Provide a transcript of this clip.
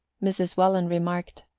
mrs. welland remarked,